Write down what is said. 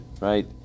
right